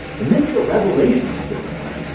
and this is a revelation to gilgamesh,